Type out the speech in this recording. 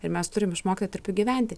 ir mes turim išmokyti tarp jų gyventi